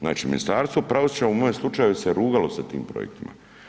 Znači Ministarstvo pravosuđa u mojem slučaju se rugalo sa tim projektima.